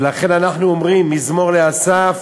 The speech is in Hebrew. ולכן אנחנו אומרים: "מזמור לאסף